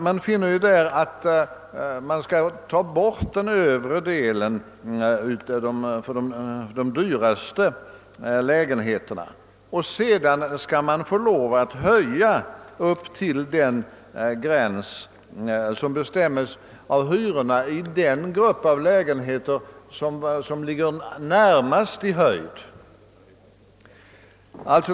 Den övre delen, d. v. s. de dyraste lägenheterna, skall tas bort vid jämförelsen och sedan skall man få höja hyrorna upp till den gräns som bestämts av hyrorna i den grupp av lägenheter som ligger närmast i höjd.